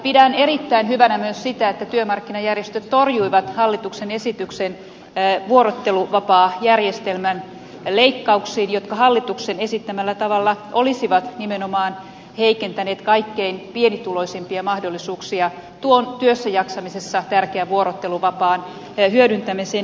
pidän erittäin hyvänä myös sitä että työmarkkinajärjestöt torjuivat hallituksen esityksen vuorotteluvapaajärjestelmän leikkauksista jotka hallituksen esittämällä tavalla olisivat nimenomaan heikentäneet kaikkein pienituloisimpien mahdollisuuksia tuon työssäjaksamisessa tärkeän vuorotteluvapaan hyödyntämiseen